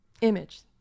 image